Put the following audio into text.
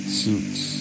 suits